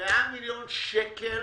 100 מיליון שקל